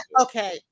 Okay